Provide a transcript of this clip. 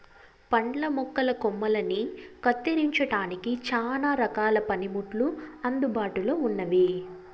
పండ్ల మొక్కల కొమ్మలని కత్తిరించడానికి చానా రకాల పనిముట్లు అందుబాటులో ఉన్నయి